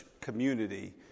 community